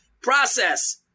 Process